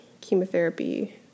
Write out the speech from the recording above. chemotherapy